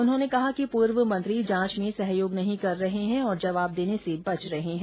उन्होंने कहा कि पूर्व मंत्री जांच में सहयोग नहीं कर रहे हैं और जवाब देने से बच रहे हैं